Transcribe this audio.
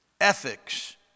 Ethics